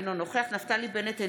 אינו נוכח נפתלי בנט,